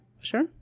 Sure